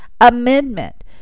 amendment